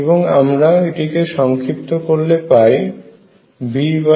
এবং আমরা এটিকে সংক্ষিপ্ত করলে পাই V32kF3